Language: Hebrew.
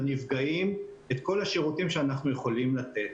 לנפגעים, את כל השירותים שאנחנו יכולים לתת.